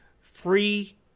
Free